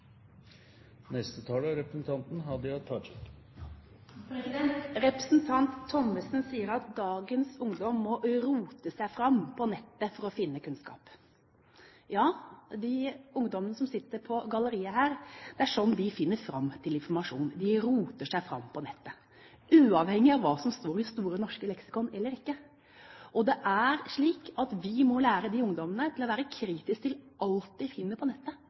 dagens ungdom må «rote seg frem» på nettet for å finne kunnskap. Ja, det er slik de ungdommene som sitter på galleriet her, finner fram til informasjon – de roter seg fram på nettet uavhengig av hva som står i Store norske leksikon. Det er slik at vi må lære ungdommene til å være kritiske til alt de finner på nettet,